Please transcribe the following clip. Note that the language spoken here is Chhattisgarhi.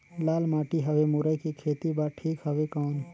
लाल माटी हवे मुरई के खेती बार ठीक हवे कौन?